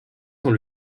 sans